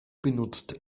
benutzt